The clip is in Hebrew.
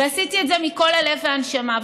ועשיתי את זה מכל הלב והנשמה.